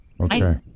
Okay